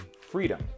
freedom